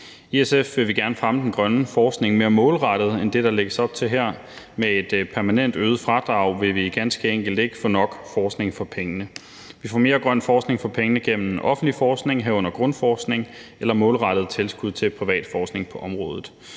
I SF vil vi gerne fremme den grønne forskning mere målrettet end det, der lægges op til her. Med et permanent øget fradrag vil vi ganske enkelt ikke få nok forskning for pengene. Vi får mere grøn forskning for pengene gennem offentlig forskning, herunder grundforskning eller målrettede tilskud til privat forskning på området.